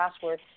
password